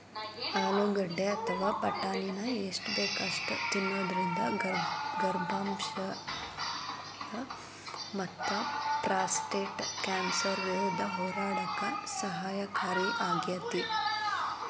ಆಲೂಗಡ್ಡಿ ಅಥವಾ ಬಟಾಟಿನ ಎಷ್ಟ ಬೇಕ ಅಷ್ಟ ತಿನ್ನೋದರಿಂದ ಗರ್ಭಾಶಯ ಮತ್ತಪ್ರಾಸ್ಟೇಟ್ ಕ್ಯಾನ್ಸರ್ ವಿರುದ್ಧ ಹೋರಾಡಕ ಸಹಕಾರಿಯಾಗ್ಯಾತಿ